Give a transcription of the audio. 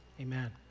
amen